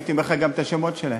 הייתי אומר לך גם את השמות שלהם.